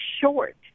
short